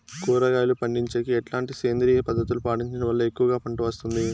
కూరగాయలు పండించేకి ఎట్లాంటి సేంద్రియ పద్ధతులు పాటించడం వల్ల ఎక్కువగా పంట వస్తుంది?